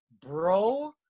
Bro